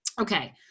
okay